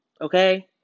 Okay